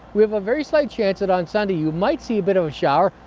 we have a very slight chance that on sunday you might see a bit of a shower,